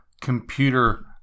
computer